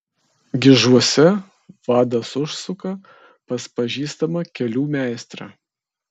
gižuose vadas užsuka pas pažįstamą kelių meistrą